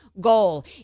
goal